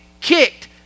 kicked